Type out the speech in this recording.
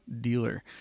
dealer